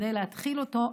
כדי להתחיל אותו,